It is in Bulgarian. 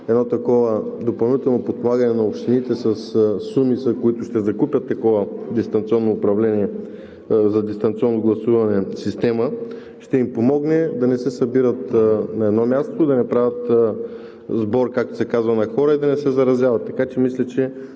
едно такова допълнително подпомагане на общините със суми, с които ще закупят такова дистанционно управление – Система за дистанционно гласуване, ще им помогне да не се събират на едно място, да не правят сбор, както се казва на Коледа, да не се заразяват. Така че мисля, че